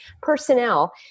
personnel